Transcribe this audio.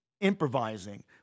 improvising